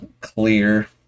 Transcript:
clear